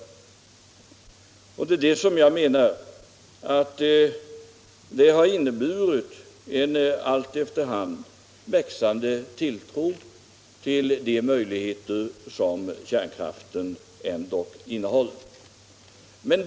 Det har inneburit en efter hand växande tilltro till de möjligheter som kärnkraften ändå innebär.